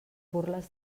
burles